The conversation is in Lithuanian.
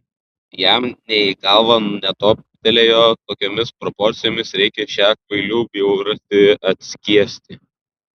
jam nė į galvą netoptelėjo kokiomis proporcijomis reikia šią kvailių bjaurastį atskiesti